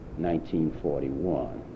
1941